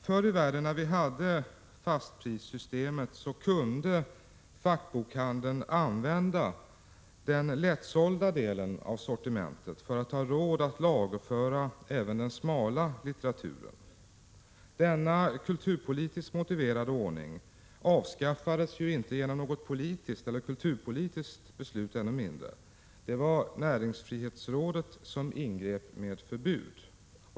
Förr i världen, när vi hade fastprissystemet, kunde fackbokhandeln använda den lättsålda delen av sortimentet för att ha råd att lagerföra även den smala litteraturen. Denna kulturpolitiskt motiverade ordning avskaffades inte genom något politiskt — än mindre något kulturpolitiskt — beslut. Det var näringsfrihetsrådet som ingrep med förbud.